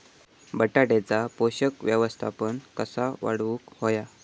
बटाट्याचा पोषक व्यवस्थापन कसा वाढवुक होया?